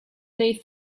they